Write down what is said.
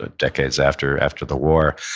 ah decades after after the war,